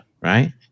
right